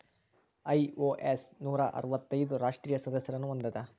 IOS ನೂರಾ ಅರ್ವತ್ತೈದು ರಾಷ್ಟ್ರೇಯ ಸದಸ್ಯರನ್ನ ಹೊಂದೇದ